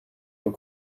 were